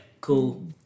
Cool